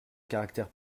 caractère